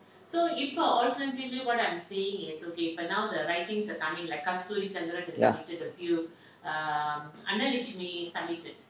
ya